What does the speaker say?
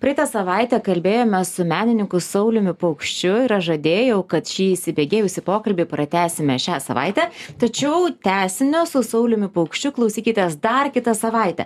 praeitą savaitę kalbėjomės su menininku sauliumi paukščiu ir aš žadėjau kad šį įsibėgėjusį pokalbį pratęsime šią savaitę tačiau tęsinio su sauliumi paukščiu klausykitės dar kitą savaitę